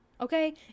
okay